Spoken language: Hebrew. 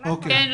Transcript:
כן,